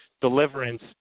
deliverance